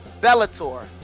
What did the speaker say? bellator